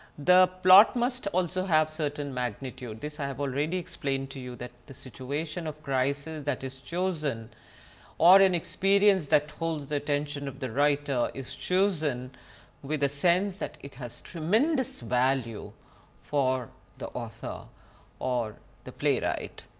the plot must also have certain magnitude, this i have already explained to you, that the situation of crisis that is chosen or an experience that holds the attention of the writer it is chosen with the sense that it has tremendous value for the author or the playwright.